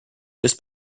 this